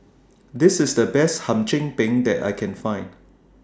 This IS The Best Hum Chim Peng that I Can Find